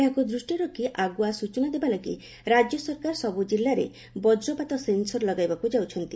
ଏହାକୁ ଦୃଷ୍ଟିରେ ରଖ୍ ଆଗୁଆ ସୂଚନା ଦେବା ଲାଗି ରାଜ୍ୟ ସରକାର ସବୁ ଜିଲ୍ଲାରେ ବଜ୍ରପାତ ସେନ୍ସର୍ ଲଗାଇବାକୁ ଯାଉଛନ୍ତି